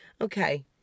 Okay